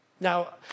Now